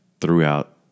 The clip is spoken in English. throughout